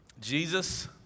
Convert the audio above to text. Jesus